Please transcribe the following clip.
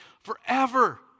forever